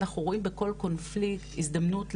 אנחנו רואים בכל קונפליקט הזדמנות לשינוי,